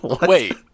Wait